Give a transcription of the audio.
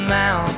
now